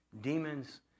demons